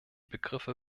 begriffe